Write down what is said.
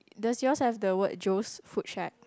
does yours have the word Joe's food shack